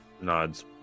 nods